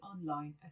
online